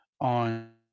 on